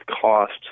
cost